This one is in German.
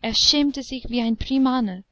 er schämte sich wie ein primaner